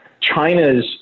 China's